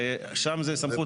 שם זה סמכות אחרת.